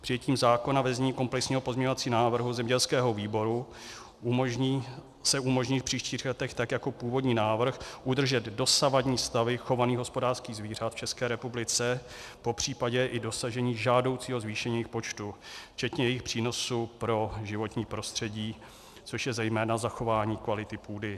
Přijetím zákona ve znění komplexního pozměňovacího návrhu zemědělského výboru se umožní v příštích letech tak jako v původním návrhu udržet dosavadní stavy chovaných hospodářských zvířat v České republice, popřípadě i dosažení žádoucího zvýšení jejich počtu včetně jejich přínosu pro životní prostředí, což je zejména zachování kvality půdy.